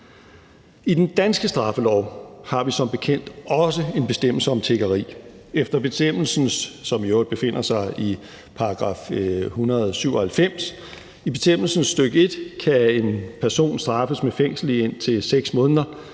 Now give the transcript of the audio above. I den danske straffelov har vi som bekendt også en bestemmelse om tiggeri, som i øvrigt befinder sig i § 197. I bestemmelsens stk. 1 kan en person straffes med fængsel i indtil 6 måneder,